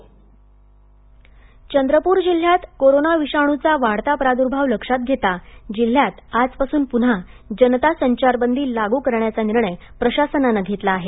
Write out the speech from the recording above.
Covid आढावा चंद्रपर चंद्रपूर जिल्ह्यात corona विषाणूचा वाढता प्रादुर्भाव लक्षात घेता जिल्ह्यात आजपासून पुन्हा जनता संचारबंदी लागू करण्याचा निर्णय प्रशासनाने घेतला आहेत